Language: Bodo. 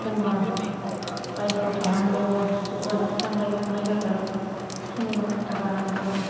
एखमब्ला बायहेरायाव थांनांगौब्लाबो हौवाजों नांलाय खमलाय जागोन सोरनिबा खोथा लानानैब्लाबो